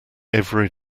every